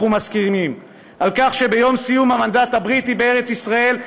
על כך שביום סיום המנדט הבריטי בארץ ישראל,